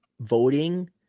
voting